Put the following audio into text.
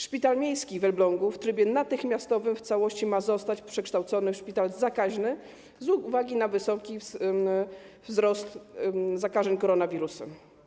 Szpital miejski w Elblągu w trybie natychmiastowym w całości ma zostać przekształcony w szpital zakaźny z uwagi na wysoki wzrost zakażeń koronawirusem.